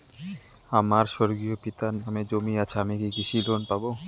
আমার স্বর্গীয় পিতার নামে জমি আছে আমি কি কৃষি লোন পাব?